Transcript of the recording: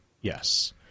Yes